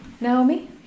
Naomi